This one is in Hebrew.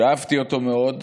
שאהבתי אותו מאוד,